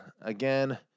Again